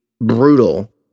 brutal